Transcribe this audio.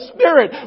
Spirit